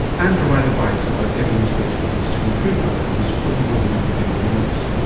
and provide advice about evidence-based ways to improve outcomes for people living with mental illness.